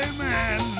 Amen